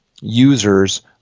users